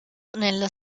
nella